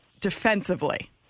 defensively